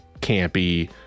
campy